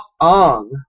on